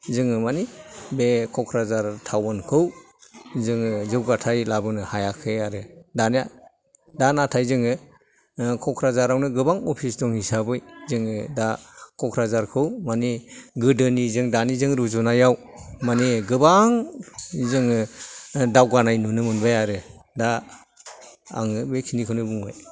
जोङो मानि बे क'क्राझार टाउनखौ जोङो जौगाथाय लाबोनो हायाखै आरो दानिया दा नाथाय जोङो क'क्राझारावनो गोबां अफिस दं हिसाबै जोङो दा क'क्राझारखौ मानि गोदोनिजों दानिजों रुजुनायाव मानि गोबां जोङो दावगानाय नुनो मोनबाय आरो दा आङो बे खिनिखौनो बुंबाय